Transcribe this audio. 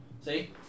See